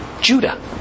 Judah